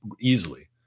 easily